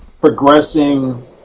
progressing